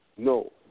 No